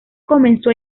comenzó